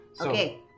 Okay